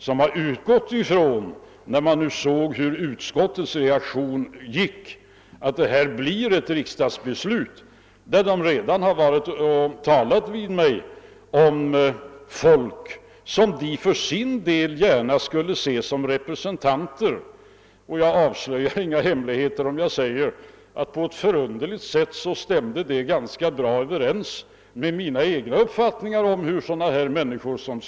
När de sett hurudan utskottets reaktion var, har de utgått från att det skulle bli ett riksdagsbeslut, och därför har de talat med mig om vilka personer som de för sin del gärna skulle se som representanter. Och jag avslöjar ingen hemlighet här, om jag säger att vad bankledningarna föreslog på den punkten på ett förunderligt sätt stämde överens med min egen uppfattning om vilka människor det här kan bli fråga om.